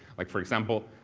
like for example,